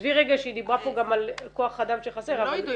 עזבי רגע שהיא דיברה פה גם על כוח אדם שחסר אבל -- הם לא יידעו,